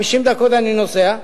50 דקות אני נוסע,